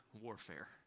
warfare